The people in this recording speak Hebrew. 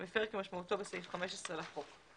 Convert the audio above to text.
"מפר" כמשמעותו בסעיף 15 לחוק,